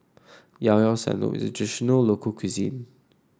Llao Llao Sanum is a traditional local cuisine